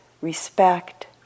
respect